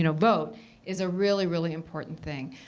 you know vote is a really, really important thing.